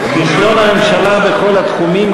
כישלון הממשלה בכל התחומים,